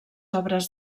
obres